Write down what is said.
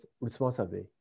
responsibly